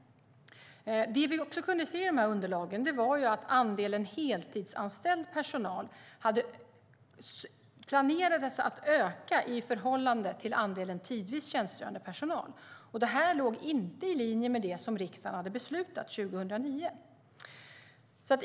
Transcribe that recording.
Det vi också kunde se i underlagen var att andelen heltidsanställd personal planerades att öka i förhållande till andelen tidvis tjänstgörande personal. Det låg inte i linje med det som riksdagen hade beslutat 2009.